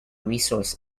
resource